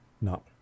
No